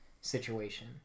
situation